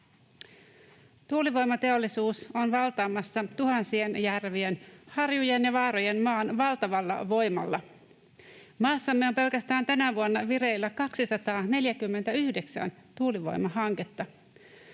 Tuulivoimateollisuus on valtaamassa tuhansien järvien, harjujen ja vaarojen maan valtavalla voimalla. Maassamme on pelkästään tänä vuonna vireillä 249 tuulivoimahanketta.